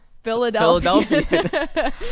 philadelphia